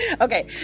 Okay